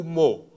more